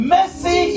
Mercy